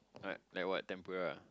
what like what tempura ah